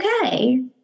okay